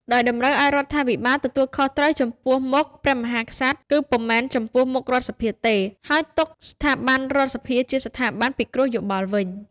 ដោយតម្រូវឱ្យរដ្ឋាភិបាលទទួលខុសត្រូវចំពោះមុខព្រះមហាក្សត្រ គឺពុំមែនចំពោះមុខរដ្ឋសភាទេ ហើយទុកស្ថាប័នរដ្ឋសភាជាស្ថាប័នពិគ្រោះយោបល់វិញ។